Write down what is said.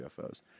ufos